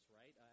right